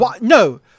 No